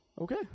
okay